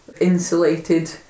insulated